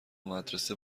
مدرسه